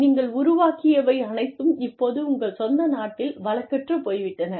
நீங்கள் உருவாக்கியவை அனைத்தும் இப்போது உங்கள் சொந்த நாட்டில் வழக்கற்றுப் போய்விட்டன